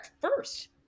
first